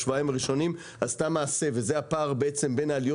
בשבועיים הראשונים עשתה מעשה וזה הפער בעצם בין העליות